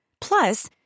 Plus